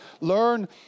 learn